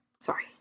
Sorry